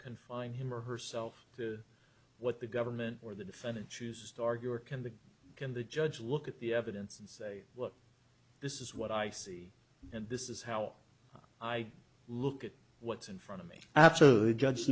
confine him or herself to what the government or the defendant chooses to argue or can the can the judge look at the evidence and say look this is what i see and this is how i look at what's in front of me absolute judge